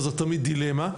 וזו תמיד דילמה.